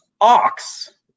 ox